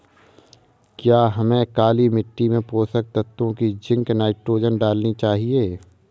क्या हमें काली मिट्टी में पोषक तत्व की जिंक नाइट्रोजन डालनी चाहिए?